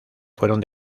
fueron